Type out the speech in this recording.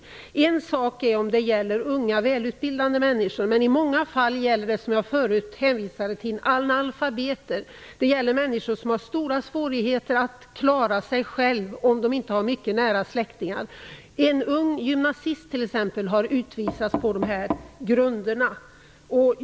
Det är en sak om det gäller unga välutbildade människor. Men i många fall gäller det, vilket jag sade tidigare, analfabeter. Det gäller människor som har stora svårigheter att klara sig själva om de inte har mycket nära släktingar att få hjälp av. En ung gymnasist har t.ex. utvisats på dessa grunder.